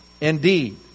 Indeed